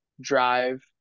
drive